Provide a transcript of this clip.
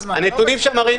הנתונים שם מראים